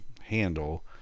handle